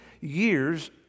years